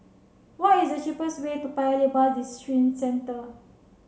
what is the cheapest way to Paya Lebar Districentre